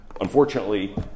unfortunately